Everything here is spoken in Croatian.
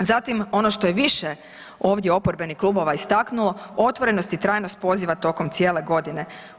Zato ono što je više ovdje oporbenih klubova istaknulo, otvorenost i trajnost poziva tokom cijele godine.